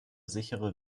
sichere